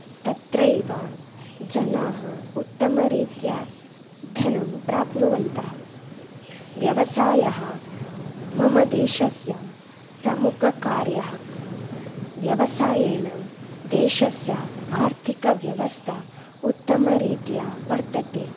तत्रैव जनाः उत्तमरीत्या धनं प्राप्नुवन्तः व्यवसायः मम देशस्य प्रमुखकार्यः व्यवसायेण देशस्य आर्थिकव्यवस्था उत्तमरीत्या वर्तते